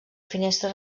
finestra